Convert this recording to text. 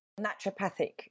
naturopathic